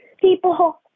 people